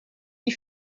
die